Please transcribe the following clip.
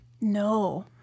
No